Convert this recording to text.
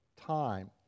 time